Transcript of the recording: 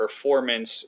performance